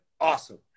awesome